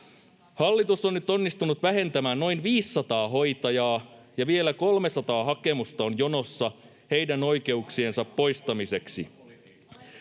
Hallitus on nyt onnistunut vähentämään noin 500 hoitajaa, ja vielä 300 hakemusta on jonossa heidän oikeuksiensa poistamiseksi.